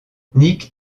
nic